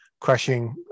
crashing